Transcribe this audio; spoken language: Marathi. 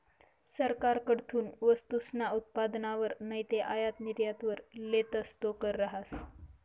सरकारकडथून वस्तूसना उत्पादनवर नैते आयात निर्यातवर लेतस तो कर रहास